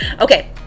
okay